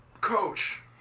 coach